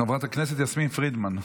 חברת הכנסת יסמין פרידמן.